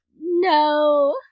no